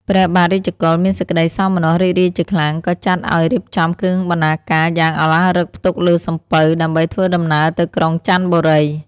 ព្រះបាទរាជកុល មានសេចក្ដីសោមនស្សរីករាយជាខ្លាំង ក៏ចាត់ឲ្យរៀបចំគ្រឿងបណ្ណាការយ៉ាងឧឡារិកផ្ទុកលើសំពៅ ដើម្បីធ្វើដំណើរទៅក្រុងចន្ទបុរី។